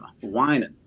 whining